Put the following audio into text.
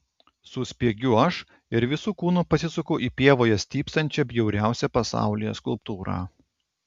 suspiegiu aš ir visu kūnu pasisuku į pievoje stypsančią bjauriausią pasaulyje skulptūrą